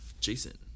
Jason